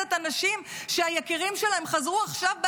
בכנסת אנשים שהיקירים שלהם חזרו עכשיו בארונות.